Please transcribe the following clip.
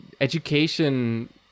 Education